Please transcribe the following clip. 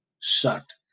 sucked